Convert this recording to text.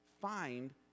find